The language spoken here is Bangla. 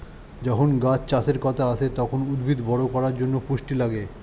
যখন গাছ চাষের কথা আসে, তখন উদ্ভিদ বড় করার জন্যে পুষ্টি লাগে